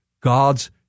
God's